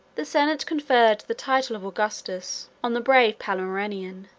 the senate conferred the title of augustus on the brave palmyrenian